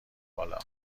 بالا